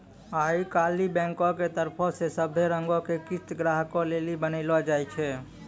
आई काल्हि बैंको के तरफो से सभै रंगो के किस्त ग्राहको लेली बनैलो जाय छै